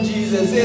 Jesus